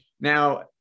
Now